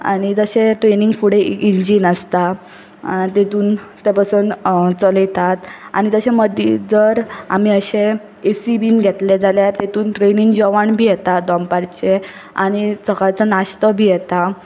आनी तशें ट्रेनीन फुडें इंजीन आसता तेतून ते बसून चलयतात आनी तशें मदीं जर आमी अशें ए सी बीन घेतलें जाल्यार तेतून ट्रेनीन जेवण बी येता दनपारचे आनी सकाळचो नाशतो बी येता